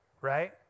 right